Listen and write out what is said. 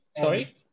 Sorry